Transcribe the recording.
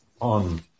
on